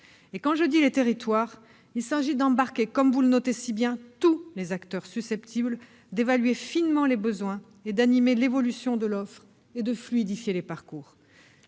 Concernant les territoires, il s'agit d'impliquer, comme vous le notez si bien, tous les acteurs susceptibles d'évaluer finement les besoins, d'animer l'évolution de l'offre et de fluidifier les parcours.